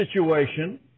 situation